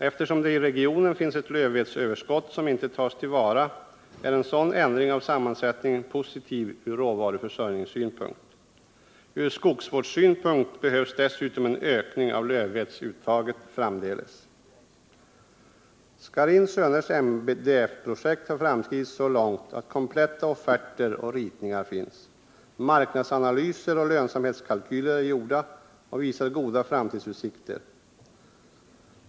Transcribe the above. Eftersom det i regionen finns ett lövvedsöverskott, som inte tas till vara, är en sådan ändring av sammansättningen positiv ur” råvaruförsörjningssynpunkt. Ur skogsvårdssynpunkt behövs dessutom en ökning av lövvedsuttaget framdeles. Scharins Söners MDF-projekt har framskridit så långt att kompletta offerter och ritningar finns. Marknadsanalyser och lönsamhetskalkyler är gjorda och visar goda framtidsutsikter.